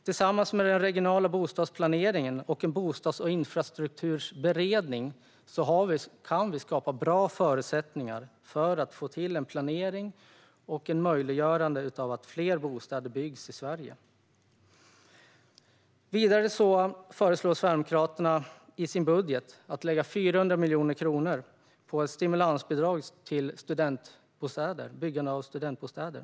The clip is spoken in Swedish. Tillsammans med den regionala bostadsplaneringen och en bostads och infrastrukturberedning kan vi skapa bra förutsättningar för att få till en planering och möjliggöra att fler bostäder byggs i Sverige. Vidare föreslår Sverigedemokraterna i sin budget att det ska läggas 400 miljoner kronor på stimulansbidrag för byggande av studentbostäder.